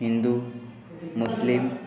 Hindu Muslim